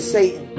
Satan